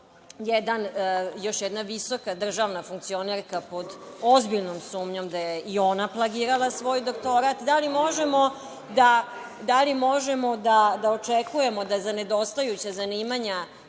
još jedna visoka državna funkcionerka pod ozbiljnom sumnjom da je i ona plagirala svoj doktorat? Da li možemo da očekujemo da za nedostajuća zanimanja